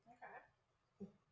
Okay